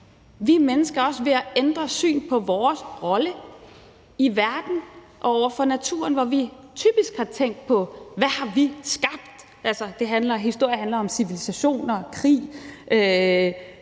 vi mennesker også er ved at ændre syn på vores rolle i verden og over for naturen, hvor vi typisk har tænkt: Hvad har vi skabt? Altså, historie handler om civilisationer, krig,